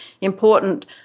important